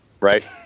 right